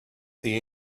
the